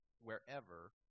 wherever